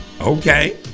Okay